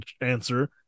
answer